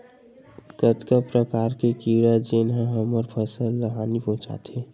कतका प्रकार के कीड़ा जेन ह हमर फसल ल हानि पहुंचाथे?